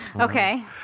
Okay